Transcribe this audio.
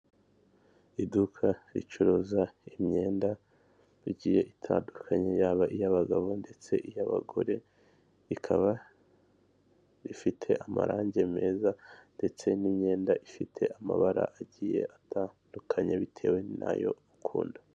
Iduka ricuruza imyenda igiye itandukanye, yaba iy'abagabo ndetse iy'abagore, ikaba ifite amarange meza ndetse n'imyenda ifite amabara agiye atandukanye bitewe nayo ukunda.